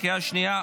בקריאה השנייה,